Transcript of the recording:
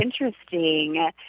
interesting